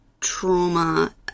trauma